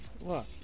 look